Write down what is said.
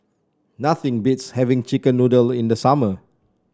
nothing beats having chicken noodle in the summer